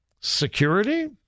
security